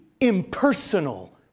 impersonal